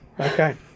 Okay